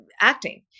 Acting